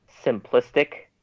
simplistic